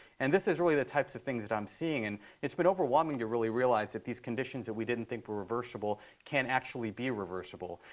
and this is really the types of things that i'm seeing. and it's been overwhelming to really realize that these conditions that we didn't think were reversible can actually be reversible.